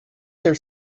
ter